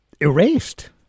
erased